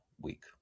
week